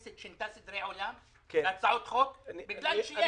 קושניר, אני קורא אותך לסדר.